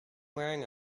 wearing